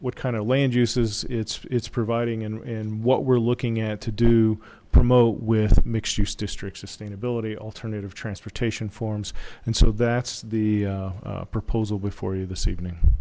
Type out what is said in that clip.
what kind of land use is it's it's providing and what we're looking at to do promote with mixed use district sustainability alternative transportation forms and so that's the proposal before you this evening